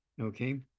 okay